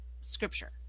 Scripture